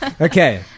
Okay